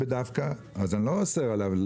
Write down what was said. אני לא אוסר עליו,